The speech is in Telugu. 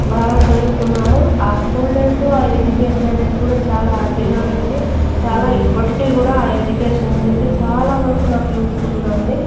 బాగా చదువుకున్నాము ఆ స్కూల్ డేస్ ఆ ఎడ్యుకేషన్ అనేది కూడా చాలా హాప్పీగా ఉన్నింది చాలా ఇప్పటికి కూడా ఆ ఎడ్యుకేషన్ అనేది చాలా వరకు నాకు యూస్ఫుల్గా ఉంది